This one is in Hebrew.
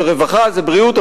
זה רווחה וזה בריאות,